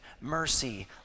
mercy